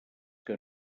que